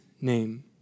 name